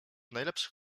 najlepszych